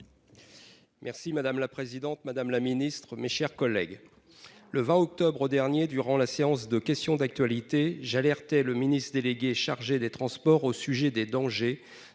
Merci madame la présidente Madame la Ministre, mes chers collègues. Le 20 octobre dernier durant la séance de questions d'actualité j'RT, le ministre délégué chargé des Transports au sujet des dangers